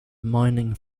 mining